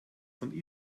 von